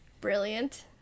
Brilliant